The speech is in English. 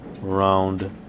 round